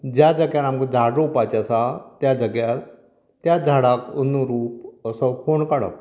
ज्या जाग्यार आमकां झाड रोवपाचें आसा त्या जाग्यार त्या झाडा अनुरूप असो फोंड काडप